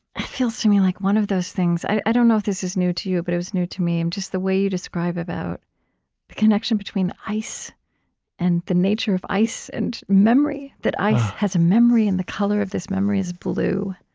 feels to me like one of those things i don't know if this is new to you, but it was new to me, just the way you describe about the connection between ice and the nature of ice and memory, that ice has memory, and the color of this memory is blue,